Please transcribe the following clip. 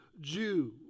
Jew